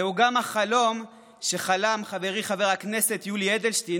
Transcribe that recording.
זהו גם החלום שחלם חברי חבר הכנסת יולי אדלשטיין